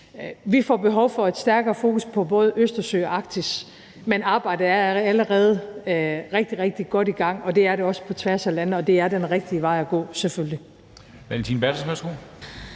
Vi får behov for et stærkere fokus på både Østersøen og Arktis, men arbejdet er allerede rigtig, rigtig godt i gang. Og det er det også på tværs af landene, og det er den rigtige vej at gå, selvfølgelig.